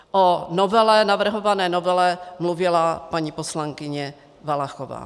O navrhované novele mluvila paní poslankyně Valachová.